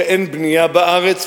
שאין בנייה בארץ,